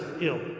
ill